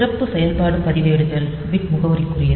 சிறப்பு செயல்பாடு பதிவேடுகள் பிட் முகவரிக்குரியது